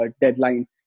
deadline